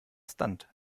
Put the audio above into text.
stunt